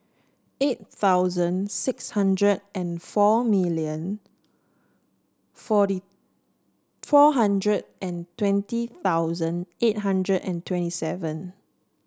eight thousand six hundred and four million forty four hundred and twenty thousand eight hundred and twenty seven